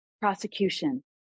prosecution